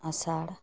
ᱟᱥᱟᱲ